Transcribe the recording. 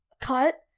cut